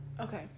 okay